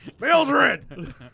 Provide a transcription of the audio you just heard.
Mildred